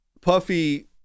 Puffy